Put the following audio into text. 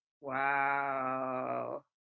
Wow